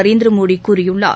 நரேந்திரமோடி கூறியுள்ளார்